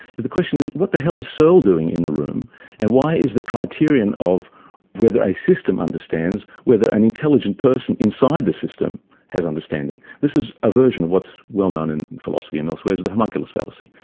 is the question is, what the hell is searle doing in the room and why is the criterion of whether a system understands, whether an intelligent person inside the system has understanding? this is a version of what's well known in philosophy and elsewhere as the homunculus fallacy.